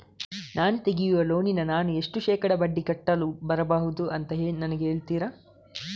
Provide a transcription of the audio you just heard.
ನಾನು ತೆಗಿಯುವ ಲೋನಿಗೆ ನಾನು ಎಷ್ಟು ಶೇಕಡಾ ಬಡ್ಡಿ ಕಟ್ಟಲು ಬರ್ಬಹುದು ಅಂತ ನನಗೆ ಹೇಳ್ತೀರಾ?